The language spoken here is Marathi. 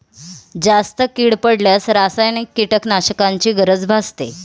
जास्त कीड पडल्यास रासायनिक कीटकनाशकांची गरज भासते